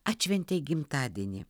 atšventė gimtadienį